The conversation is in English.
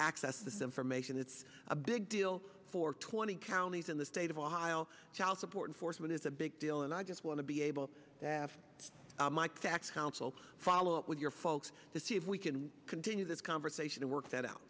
this information it's a big deal for twenty counties in the state of ohio child support enforcement is a big deal and i just want to be able to have my tax council follow up with your folks to see if we can continue this conversation to work that out